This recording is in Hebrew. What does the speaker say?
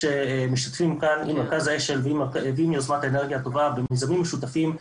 שמשתתפים כאן עם מרכז ה.ש.ל ועם --- במיזמים משותפים.